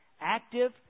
Active